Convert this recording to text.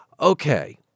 Okay